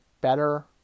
better